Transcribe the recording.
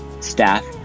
staff